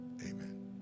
amen